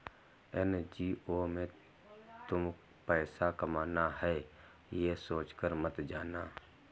NGO में तुम पैसा कमाना है, ये सोचकर मत जाना